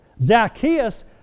Zacchaeus